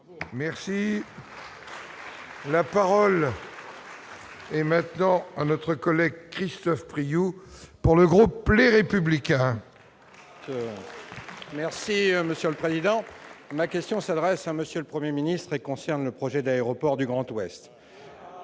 Merci. Et maintenant, à notre collègue Christophe Priou, pour le groupe, les républicains. Merci monsieur le président. La question s'adresse à monsieur le 1er ministre et concerne le projet d'aéroport du Grand-Ouest